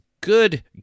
good